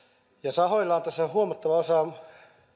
sahoilla on tässä huomattava osa